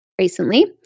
recently